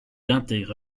intègre